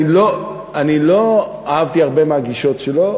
אני לא אהבתי הרבה מהגישות שלו,